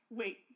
Wait